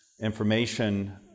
information